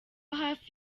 hafi